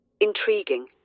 Intriguing